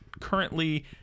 currently